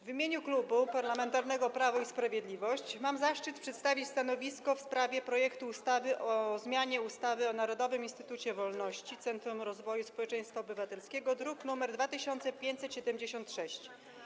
W imieniu Klubu Parlamentarnego Prawo i Sprawiedliwość mam zaszczyt przedstawić stanowisko w sprawie projektu ustawy o zmianie ustawy o Narodowym Instytucie Wolności - Centrum Rozwoju Społeczeństwa Obywatelskiego, druk nr 2576.